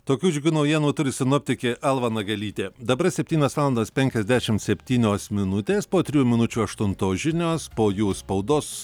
tokių džiugių naujienų turi sinoptikė alma nagelytė dabar septynios valandos penkiasdešimt septynios minutės po trijų minučių aštuntos žinios po jų spaudos